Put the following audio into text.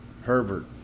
Herbert